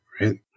right